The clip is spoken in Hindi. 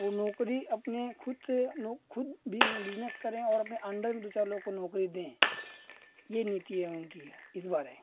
वो नौकरी अपने ख़ुद से ख़ुद भी बिजनेस करें और अपने अन्डर में दो चार लोगों को नौकरी दें ये नीति है उनकी इस बार है